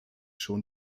schon